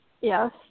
Yes